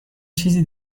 چیزی